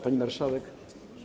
Pani Marszałek!